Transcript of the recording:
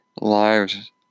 lives